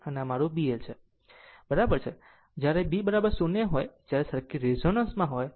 આમ આ મારું B C છે અને આ મારો B L છે બી બરાબર છે જ્યારે B0 જ્યારે સર્કિટ રેઝોનન્સમાં છે